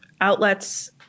outlets